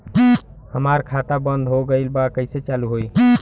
हमार खाता बंद हो गईल बा कैसे चालू होई?